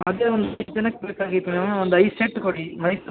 ಹಾಗೇ ಒಂದು ಜನಕ್ಕೆ ಬೇಕಾಗಿತ್ತು ಮೇಡಮ್ ಒಂದು ಐದು ಸೆಟ್ ಕೊಡಿ